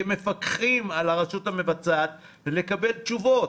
כמפקחים על הרשות המבצעת לקבל תשובות.